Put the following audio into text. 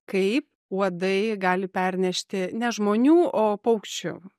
kaip uodai gali pernešti ne žmonių o paukščių